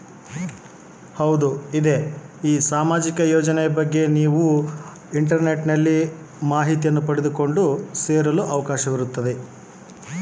ಸಾಮಾಜಿಕ ಯೋಜನೆಯನ್ನು ನಾನು ಸೇರಲು ಅವಕಾಶವಿದೆಯಾ?